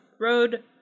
road